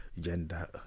gender